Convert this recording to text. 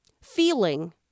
feeling